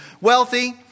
Wealthy